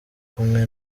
kumwe